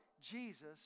Jesus